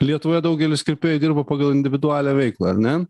lietuvoje daugelis kirpėjų dirba pagal individualią veiklą ar ne